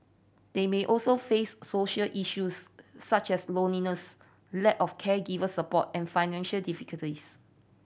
they may also face social issues such as loneliness lack of caregiver support and financial difficulties